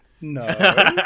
No